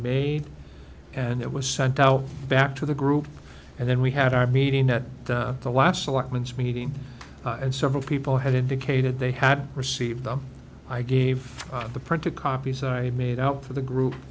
made and it was sent back to the group and then we had our meeting at the last allotments meeting and several people had indicated they had received them i gave the printed copies i made out for the group